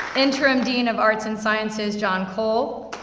interim dean of arts and sciences, john cole.